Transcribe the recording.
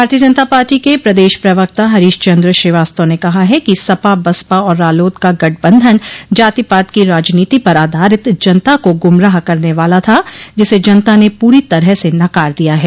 भारतीय जनता पार्टी के प्रदेश प्रवक्ता हरीश चन्द्र श्रीवास्तव ने कहा है कि सपा बसपा और रालोद का गठबंधन जाति पाति की राजनीति पर आधारित जनता को गुमराह करने वाला था जिसे जनता ने पूरी तरह से नकार दिया है